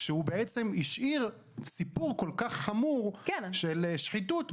כשהוא בעצם השאיר סיפור כל כך חמור של שחיתות בעיניי,